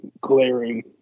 glaring